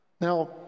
Now